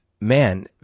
man